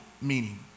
meaning